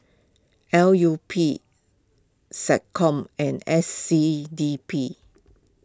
L U P SecCom and S C D P